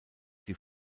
die